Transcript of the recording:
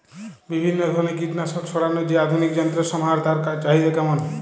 বিভিন্ন ধরনের কীটনাশক ছড়ানোর যে আধুনিক যন্ত্রের সমাহার তার চাহিদা কেমন?